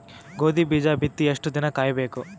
ಗೋಧಿ ಬೀಜ ಬಿತ್ತಿ ಎಷ್ಟು ದಿನ ಕಾಯಿಬೇಕು?